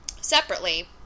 separately